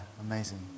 amazing